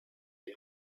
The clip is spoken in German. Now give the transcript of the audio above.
die